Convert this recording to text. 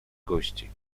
gości